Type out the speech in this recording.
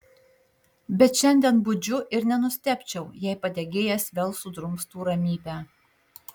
bet šiandien budžiu ir nenustebčiau jei padegėjas vėl sudrumstų ramybę